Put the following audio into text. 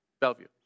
Bellevue